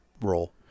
role